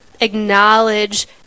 acknowledge